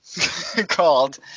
called